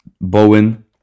Bowen